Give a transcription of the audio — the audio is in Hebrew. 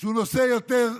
שהוא נושא יותר צדדי,